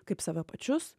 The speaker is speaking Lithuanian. kaip save pačius